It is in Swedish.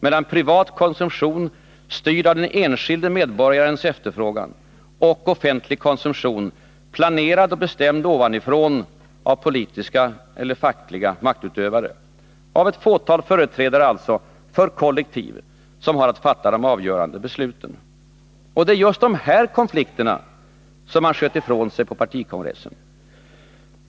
Mellan privat konsumtion, styrd av den enskildes efterfrågan, och offentlig konsumtion, planerad och bestämd ovanifrån av politiska eller fackliga maktutövare, alltså av ett fåtal företrädare för kollektiv, som har att fatta de avgörande besluten. Det är just de här konflikterna som man sköt ifrån sig på partikongressen.